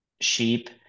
sheep